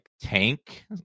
tank